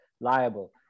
liable